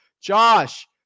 Josh